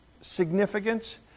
significance